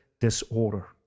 disorder